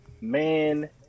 Man